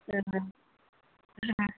हँ हँ हँ हँ